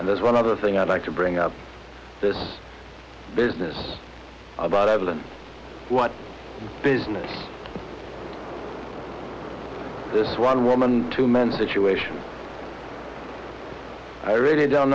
and there's one other thing i'd like to bring up this business about evelyn what business this one woman two men situation i really don't